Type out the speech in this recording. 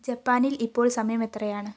ജപ്പാനിൽ ഇപ്പോൾ സമയം എത്രയാണ്